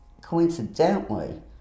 Coincidentally